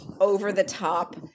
over-the-top